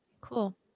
Cool